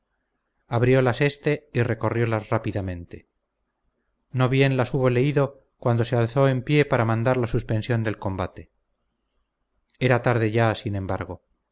mayor abriólas éste y recorriólas rápidamente no bien las hubo leído cuando se alzó en pie para mandar la suspensión del combate era tarde ya sin embargo